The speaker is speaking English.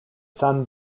san